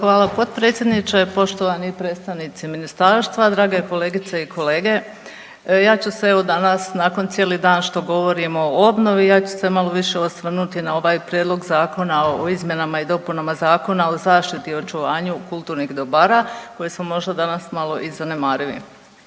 Hvala potpredsjedniče. Poštovani predstavnici Ministarstva, drage kolegice i kolege. Ja ću se evo danas nakon cijeli dan što govorimo o obnovi ja ću se malo više osvrnuti na ovaj Prijedlog zakona o izmjenama i dopunama Zakona o zaštiti i očuvanju kulturnih dobara koje smo možda danas malo i zanemarili.